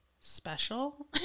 special